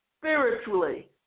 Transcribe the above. spiritually